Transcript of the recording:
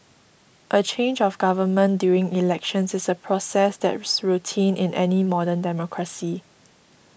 a change of government during elections is a process that's routine in any modern democracy